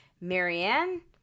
Marianne